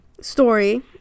story